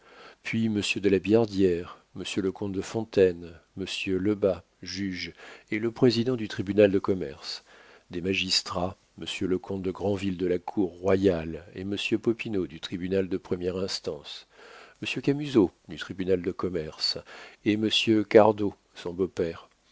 puis monsieur de la billardière monsieur le comte de fontaine monsieur lebas juge et le président du tribunal de commerce des magistrats monsieur le comte de granville de la cour royale et monsieur popinot du tribunal de première instance monsieur camusot du tribunal de commerce et monsieur cardot son beau-père